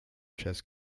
chess